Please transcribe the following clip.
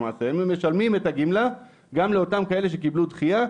הם משלמים את הגמלה גם לאותם אלה שקיבלו דחייה,